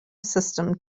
system